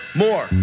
more